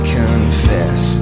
confess